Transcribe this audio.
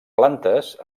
plantes